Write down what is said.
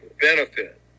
benefit